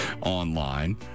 online